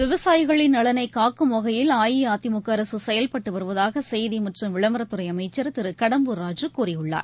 விவசாயிகளின் நலனை காக்கும் வகையில் அஇஅதிமுக அரசு செயல்பட்டு வருவதாக செய்தி மற்றும் விளம்பரத்துறை அமைச்சர் திரு கடம்பூர் ராஜூ கூறியுள்ளார்